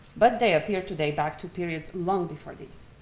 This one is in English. but they appear today back two periods long before this.